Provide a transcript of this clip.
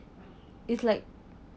is like